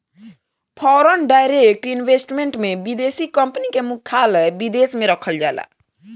foreign direct investment में विदेशी company के मुख्यालय विदेश में रखल जाला